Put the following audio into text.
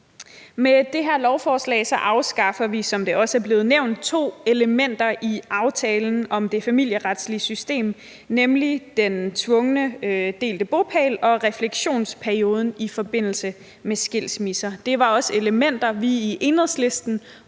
Med det her lovforslag afskaffer vi, som det også er blevet nævnt, to elementer i aftalen om det familieretslige system, nemlig den tvungne delte bopæl og refleksionsperioden i forbindelse med skilsmisser. Det var også elementer, som vi i Enhedslisten